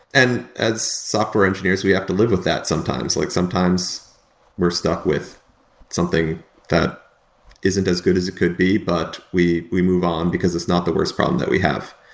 and as software engineers, we have to live with that sometimes. like sometimes we're stuck with something that isn't as good as it could be, but we we move on, because it's not the worst problem that we have.